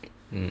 mm